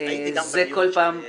הייתי גם בדיון של --- נכון.